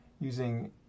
using